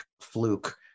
fluke